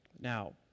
Now